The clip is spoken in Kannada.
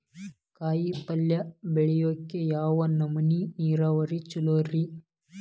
ಕಾಯಿಪಲ್ಯ ಬೆಳಿಯಾಕ ಯಾವ್ ನಮೂನಿ ನೇರಾವರಿ ಛಲೋ ರಿ?